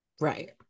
Right